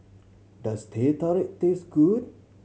does Teh Tarik taste good